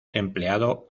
empleado